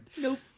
Nope